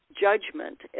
judgment